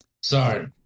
Sorry